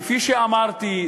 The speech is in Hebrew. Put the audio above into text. כפי שאמרתי,